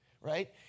right